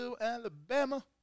Alabama